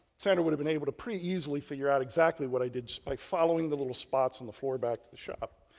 sandra would have been able to pretty easily figure out exactly what i did just by following the little spots in the floor back to the shop.